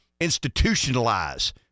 institutionalize